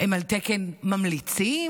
הם על תקן ממליצים?